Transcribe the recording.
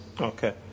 Okay